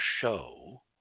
show